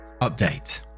update